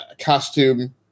costume